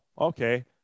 okay